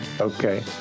Okay